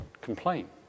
complain